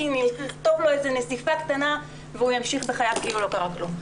נכתוב לו נזיפה קטנה והוא ימשיך בחייו כאילו לא קרה כלום.